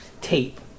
tape